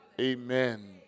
Amen